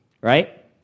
Right